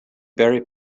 berry